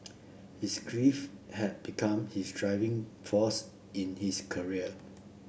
his grief had become his driving force in his career